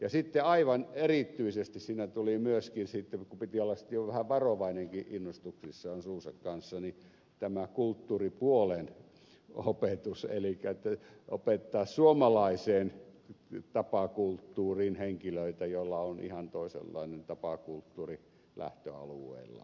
sitten aivan erityisesti siinä tuli myöskin sitten kun piti olla sitten jo vähän varovainenkin innostuksissaan suunsa kanssa tämä kulttuuripuolen opetus elikkä opettaa suomalaiseen tapakulttuuriin henkilöitä joilla on ihan toisenlainen tapakulttuuri lähtöalueillaan